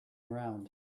around